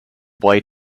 boy